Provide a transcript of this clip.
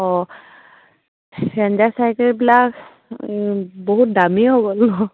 অঁ চাইকেলবিলাক বহুত দামী হৈ' গ'ল ন